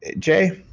jay,